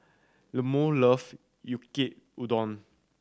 Lemuel loves Yaki Udon